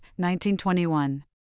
1921